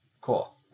Cool